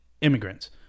immigrants